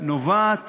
נובעת